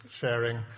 sharing